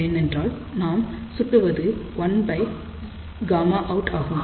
ஏனென்றால் நாம் சுட்டுவது 1Γout ஆகும்